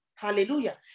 Hallelujah